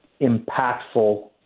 impactful